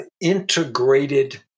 integrated